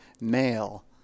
male